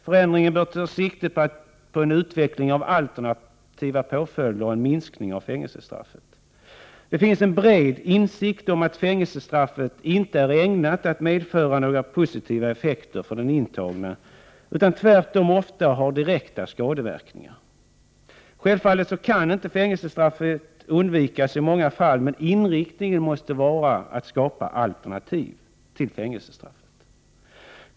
Förändringen bör ta sikte på en utveckling av alternativa påföljder och en minskning av fängelsestraffen. Det finns en bred insikt om att fängelsestraffet inte är ägnat att medföra några positiva effekter för den intagne utan att det tvärtom ofta har direkta skadeverkningar. Självfallet kan inte fängelsestraff undvikas i många fall, men inriktningen måste vara att skapa alternativ.